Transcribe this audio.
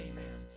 Amen